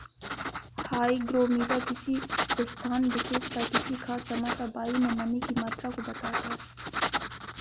hygrometer किसी स्थान विशेष पर किसी खास समय पर वायु में नमी की मात्रा को बताता है